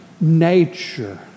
nature